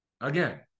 Again